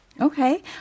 Okay